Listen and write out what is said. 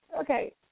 okay